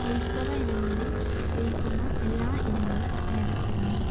ഉത്സവ ഇനങ്ങളിൽ വിൽക്കുന്ന എല്ലാ ഇനങ്ങളും ഏതൊക്കെയാണ്